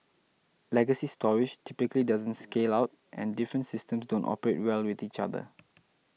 legacy storage typically doesn't scale out and different systems don't operate well with each other